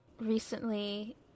recently